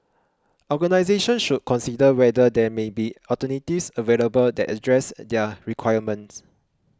organisations should consider whether there may be alternatives available that address their requirements